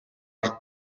ард